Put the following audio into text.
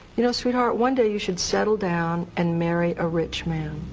you know sweetheart, one day you should settle down and marry a rich man.